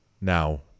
Now